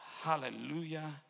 Hallelujah